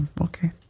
okay